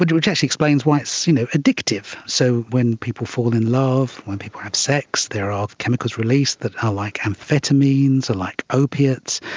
which which actually explains why it's you know addictive. so when people fall in love, when people have sex there are chemicals released that are like amphetamines, like opiates,